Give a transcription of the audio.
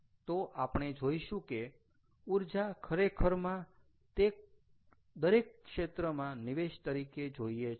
તો આપણે જોઈશું કે ઊર્જા ખરેખરમાં દરેક ક્ષેત્રમાં નિવેશ તરીકે જોઈએ છે